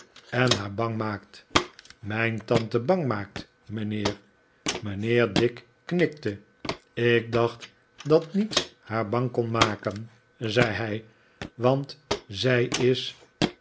en haar bang maakt mijn tante bang maakt mijnheer mijnheer dick knikte ik dacht dat niets haar bang kon maken zei hij want zij is